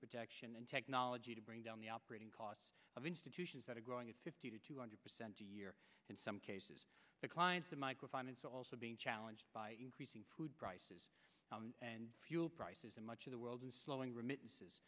protection and technology to bring down the operating costs of institutions that are growing at fifty to two hundred percent a year in some cases the clients of micro finance are also being challenged by increasing food prices and fuel prices in much of the world and slowing remittances